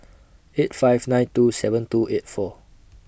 eight five nine two seven two eight four